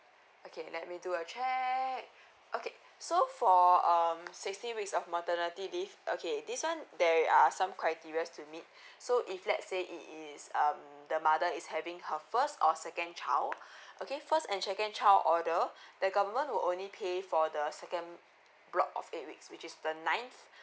okay let me do a check okay so for um sixteen weeks of maternity leave okay this one there are some criteria's to meet so if let's say it is um the mother is having her first or second child okay first and second child order the government will only pay for the second block of eight weeks which is the ninth